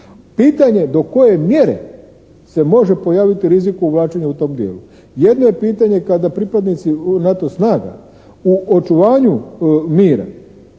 Pitanje do koje mjere se može pojaviti rizik uvlačenja u tom dijelu. Jedno je pitanje kada pripadnici NATO snaga u očuvanju mira